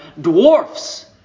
dwarfs